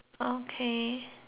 okay